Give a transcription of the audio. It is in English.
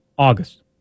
August